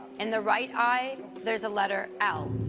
in the right eye, there's a letter l.